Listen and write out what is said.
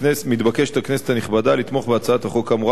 מתבקשת הכנסת הנכבדה לתמוך בהצעת החוק האמורה